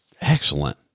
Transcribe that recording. Excellent